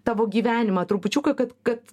tavo gyvenimą trupučiuką kad kad